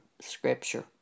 scripture